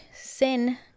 Sin